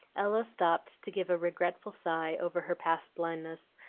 ella stopped to give a regretful sigh over her past blindness,